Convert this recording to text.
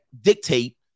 dictate